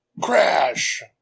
Crash